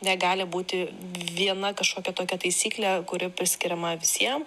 negali būti viena kažkokia tokia taisyklė kuri priskiriama visiems